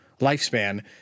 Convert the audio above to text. lifespan